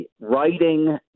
writing